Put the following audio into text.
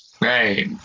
right